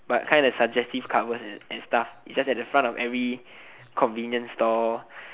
but kinda suggest covers and stuff its just at the front of every convenience store